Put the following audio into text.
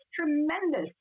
tremendous